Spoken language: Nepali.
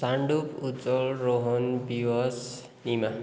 सान्डुप उज्ज्वल रोहन दिवस निमा